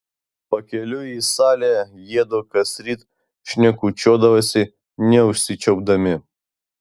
pakeliui į salę jiedu kasryt šnekučiuodavosi neužsičiaupdami